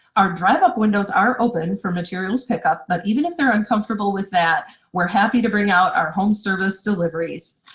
our drive-up windows are open for materials pick up, but even if they're uncomfortable with that we're happy to bring out our home service deliveries.